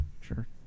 Sure